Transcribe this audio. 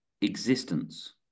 existence